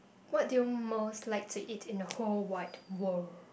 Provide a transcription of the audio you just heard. what do you most like to eat in the whole wide world